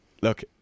Look